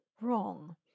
wrong